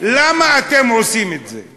למה אתם עושים את זה?